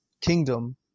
kingdom